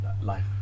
Life